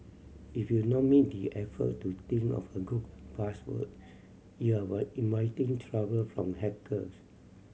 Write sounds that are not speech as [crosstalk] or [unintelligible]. if you not make the effort to think of a good password you are [unintelligible] inviting trouble from hackers